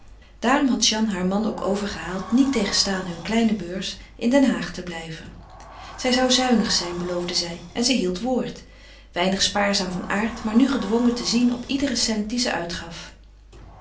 daarom had jeanne haar man ook overgehaald niettegenstaande hun kleine beurs in den haag te blijven zij zou zuinig zijn beloofde zij en zij hield woord weinig spaarzaam van aard maar nu gedwongen te zien op iederen cent dien ze uitgaf